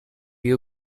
you